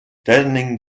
deadening